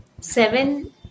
seven